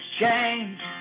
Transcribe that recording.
change